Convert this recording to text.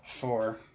four